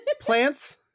plants